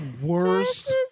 worst